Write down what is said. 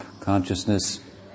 Consciousness